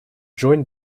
joined